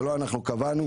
זה לא אנחנו קבענו,